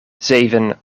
zeven